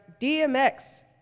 DMX